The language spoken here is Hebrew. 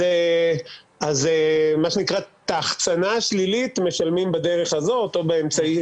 אז את ההחצנה השלילית משלמים בדרך הזו או באמצעי